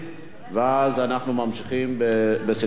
ואז אנחנו ממשיכים בסדר-היום.